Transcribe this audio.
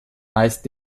meist